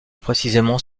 précisément